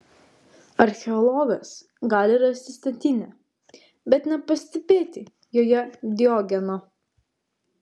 archeologas gali rasti statinę bet nepastebėti joje diogeno